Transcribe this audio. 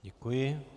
Děkuji.